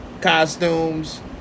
costumes